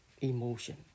emotion